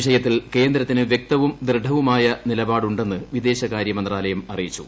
വിഷയത്തിൽ കേന്ദ്രത്തിന് വ്യക്തവും ദൃഢവുമായ നിലപാടുണ്ടെന്ന് വിദേശകാര്യമന്ത്രാലയം അറിയിച്ചു